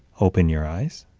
open your eyes.